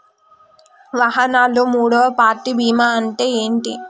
వాహనాల్లో మూడవ పార్టీ బీమా అంటే ఏంటి?